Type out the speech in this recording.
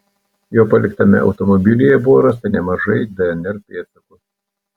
jo paliktame automobilyje buvo rasta nemažai dnr pėdsakų